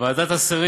חוק